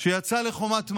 שיצא לחומת מגן,